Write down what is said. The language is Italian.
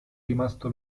rimasto